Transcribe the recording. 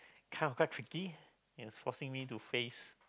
kind of quite tricky forcing me to face